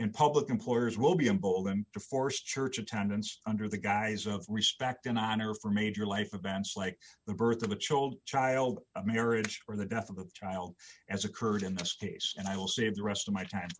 in public employers will be emboldened to force church attendance under the guise of respect and honor for major life events like the birth of a chilled child marriage or the death of the child as occurred in this case and i will save the rest of my time